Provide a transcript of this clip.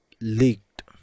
leaked